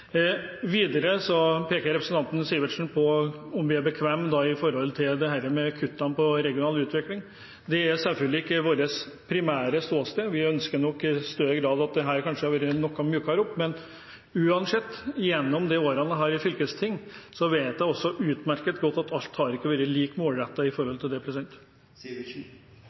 Videre peker representanten Sivertsen på om vi er bekvemme med kuttene i regional utvikling. Det er selvfølgelig ikke vårt primære ståsted. Vi hadde nok i større grad ønsket at dette kanskje hadde blitt noe myket opp. Uansett: Etter de årene jeg satt i fylkestinget, vet jeg utmerket godt at alt ikke har vært like målrettet med hensyn til dette. Jeg takker for svaret. Jeg deler oppfatningen til representanten om at det